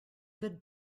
good